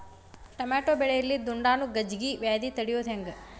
Tomato ಬೆಳೆಯಲ್ಲಿ ದುಂಡಾಣು ಗಜ್ಗಿ ವ್ಯಾಧಿ ತಡಿಯೊದ ಹೆಂಗ್?